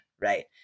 right